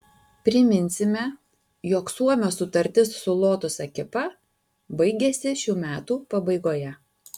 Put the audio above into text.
priminsime jog suomio sutartis su lotus ekipa baigiasi šių metų pabaigoje